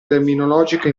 terminologica